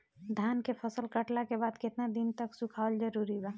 धान के फसल कटला के बाद केतना दिन तक सुखावल जरूरी बा?